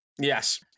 Yes